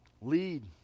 lead